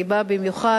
והיא באה במיוחד,